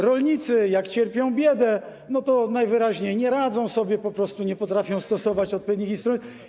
Rolnicy, jak cierpią biedę, no to najwyraźniej nie radzą sobie po prostu, nie potrafią stosować odpowiednich instrumentów.